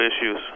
issues